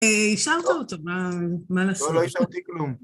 אה, אישרת אותו, מה, מה נעשה. -לא, לא אישרתי כלום.